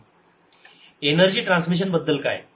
ERn1 n2n1n2EI ET2n1n1n2EI energy transmission बद्दल काय